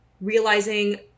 realizing